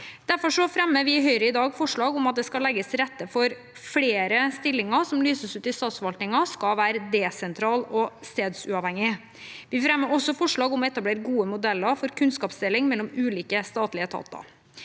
Derfor fremmer vi i Høyre i dag forslag om at det skal legges til rette for at flere stillinger som lyses ut i statsforvaltningen, skal være desentralisert og stedsuavhengige. Vi fremmer også forslag om å etablere gode modeller for kunnskapsdeling mellom ulike statlige etater.